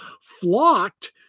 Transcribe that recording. flocked